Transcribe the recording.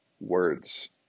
words